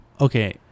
Okay